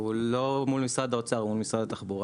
הוא לא מול משרד האוצר, הוא מול משרד התחבורה.